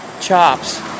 chops